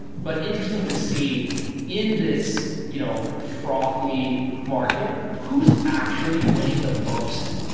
but interesting to see in this you know frothy market, who's actually winning the most?